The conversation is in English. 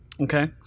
Okay